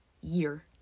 year